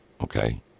okay